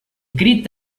crit